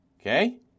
Okay